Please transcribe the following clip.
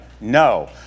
No